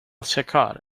shekhar